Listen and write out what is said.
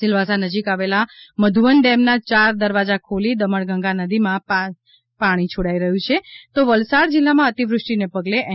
સિલવાસા નજીક આવેલા મધુવન ડેમના ચાર દરવાજા ખોલી દમણ ગંગા નદીમાં પછી છોડાઈ રહ્યું છે તો વલસાડ જિલ્લામાં અતિવૃષ્ટિને પગલે એન